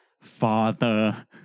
Father